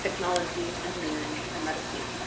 technology, engineering, and medicine.